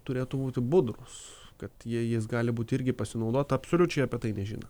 turėtų būti budrūs kad jei jis gali būti irgi pasinaudoti absoliučiai apie tai nežino